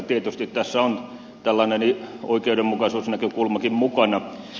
tietysti tässä on tällainen oikeudenmukaisuusnäkökulmakin mukana